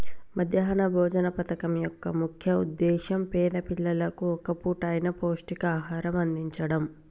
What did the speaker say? మధ్యాహ్న భోజన పథకం యొక్క ముఖ్య ఉద్దేశ్యం పేద పిల్లలకు ఒక్క పూట అయిన పౌష్టికాహారం అందిచడం